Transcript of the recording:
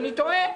אני טועה.